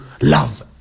love